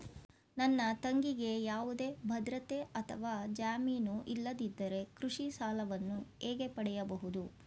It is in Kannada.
ನನ್ನ ತಂಗಿಗೆ ಯಾವುದೇ ಭದ್ರತೆ ಅಥವಾ ಜಾಮೀನು ಇಲ್ಲದಿದ್ದರೆ ಕೃಷಿ ಸಾಲವನ್ನು ಹೇಗೆ ಪಡೆಯಬಹುದು?